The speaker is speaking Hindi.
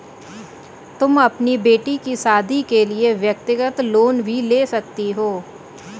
तुम अपनी बेटी की शादी के लिए व्यक्तिगत लोन भी ले सकती हो